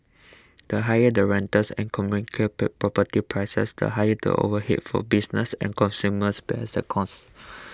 the higher the rentals and property prices the higher the overheads for businesses and consumers bear the costs